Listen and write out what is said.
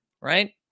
Right